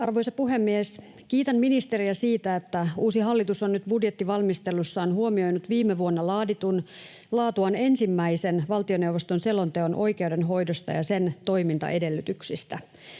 Arvoisa puhemies! Kiitän ministeriä siitä, että uusi hallitus on nyt budjettivalmistelussaan huomioinut viime vuonna laaditun laatuaan ensimmäisen valtioneuvoston selonteon oikeudenhoidosta ja sen toimintaedellytyksistä.